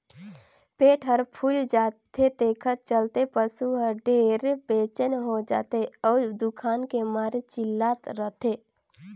पेट हर फूइल जाथे तेखर चलते पसू हर ढेरे बेचइन हो जाथे अउ दुखान के मारे चिल्लात रथे